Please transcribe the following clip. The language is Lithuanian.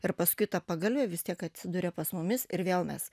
ir paskui ta pagalvė vis tiek atsiduria pas mumis ir vėl mes